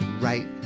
right